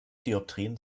dioptrien